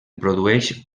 produeix